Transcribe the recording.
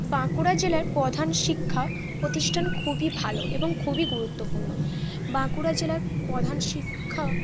বাঁকুড়া জেলার প্রধান শিক্ষা প্রতিষ্ঠান খুবই ভালো এবং খুবই গুরুত্বপূর্ণ বাঁকুড়া জেলার প্রধান শিক্ষা